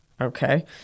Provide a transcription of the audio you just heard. Okay